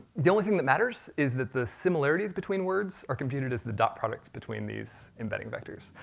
the only thing that matters is that the similarities between words are computed as the dot-products between these embedding vectors.